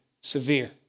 severe